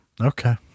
Okay